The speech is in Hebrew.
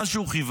לאן שהוא כיוון.